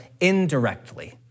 indirectly